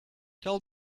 tell